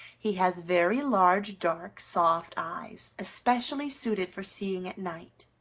he has very large, dark, soft eyes, especially suited for seeing at night.